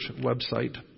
website